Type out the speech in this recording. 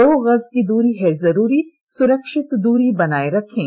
दो गज की दूरी है जरूरी सुरक्षित दूरी बनाए रखें